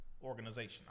organization